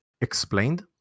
explained